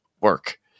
work